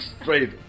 Straight